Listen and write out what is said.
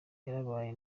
yarabaye